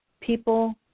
People